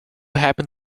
happen